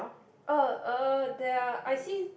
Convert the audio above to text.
oh uh there are I see